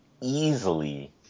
easily